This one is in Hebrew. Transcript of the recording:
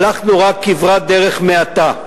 הלכנו רק כברת דרך מעטה.